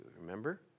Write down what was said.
remember